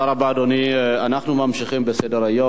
ברשות יושב-ראש הישיבה, הנני מתכבד להודיעכם,